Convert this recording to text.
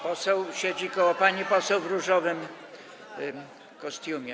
Poseł siedzi koło pani poseł w różowym kostiumie.